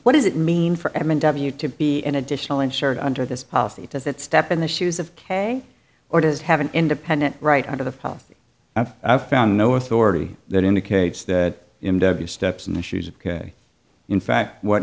what does it mean for m w to be an additional insured under this policy does it step in the shoes of k or does have an independent right out of the path i've found no authority that indicates that you steps in the shoes of k in fact what